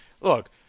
look